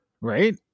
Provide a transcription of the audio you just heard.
Right